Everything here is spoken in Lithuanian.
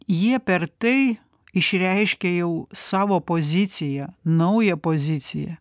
jie per tai išreiškė jau savo poziciją naują poziciją